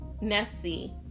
Nessie